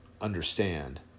understand